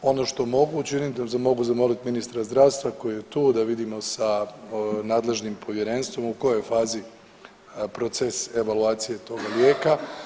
Ono što mogu učiniti, mogu zamoliti ministra zdravstva koji je tu, da vidimo sa nadležnim povjerenstvom u kojoj je fazi proces evaluacije toga lijeka.